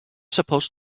supposed